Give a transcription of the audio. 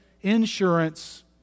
insurance